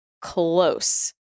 close